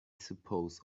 suppose